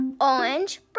orange